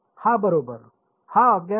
हा बरोबर हा अज्ञात आहे